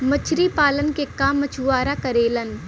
मछरी पालन के काम मछुआरा करेलन